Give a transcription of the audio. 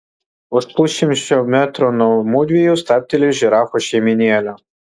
už pusšimčio metrų nuo mudviejų stabteli žirafų šeimynėlė